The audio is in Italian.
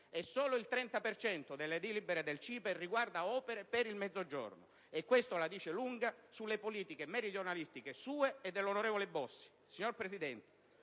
e solo il 30 per cento delle delibere del CIPE riguarda opere per il Mezzogiorno. E questo la dice lunga sulle politiche meridionalistiche sue e dell'onorevole Bossi.